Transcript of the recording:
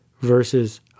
versus